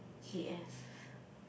K F